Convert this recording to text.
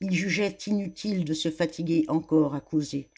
ils jugeaient inutile de se fatiguer encore à causer